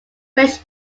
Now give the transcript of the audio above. fresh